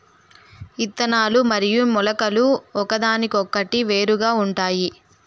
ఇత్తనాలు మరియు మొలకలు ఒకదానికొకటి వేరుగా ఉంటాయి